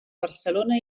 barcelona